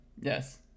Yes